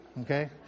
okay